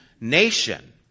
nation